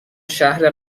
شهر